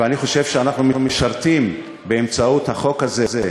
ואני חושב שאנחנו משרתים באמצעות החוק הזה,